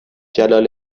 جلال